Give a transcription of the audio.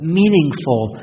meaningful